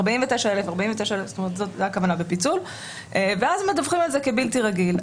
49,000 ועוד 49,000. ואז מדווחים על זה כבלתי רגיל.